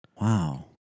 Wow